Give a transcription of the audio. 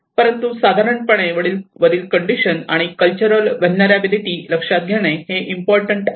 परंतु साधारणपणे वरील कंडिशन आणि कल्चरल व्हलनेरलॅबीलीटी लक्षात घेणे हे इम्पॉर्टन्ट आहे